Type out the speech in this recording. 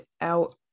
out